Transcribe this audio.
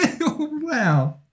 Wow